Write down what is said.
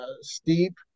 Steep